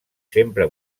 sempre